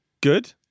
Good